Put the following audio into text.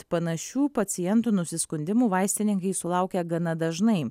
panašių pacientų nusiskundimų vaistininkai sulaukia gana dažnai